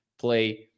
play